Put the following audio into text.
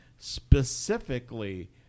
specifically